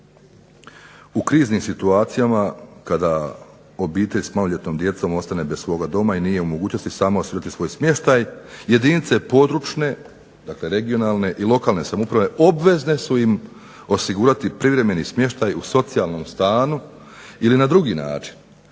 u kriznim situacijama kada obitelj sa maloljetnom djecom ostane bez svoga doma i nije u mogućnosti sama osigurati svoj smještaj jedinice područne, dakle regionalne i lokalne samouprave obvezne su im osigurati privremeni smještaj u socijalnom stanu ili na drugi način